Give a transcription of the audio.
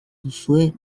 duzue